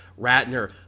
ratner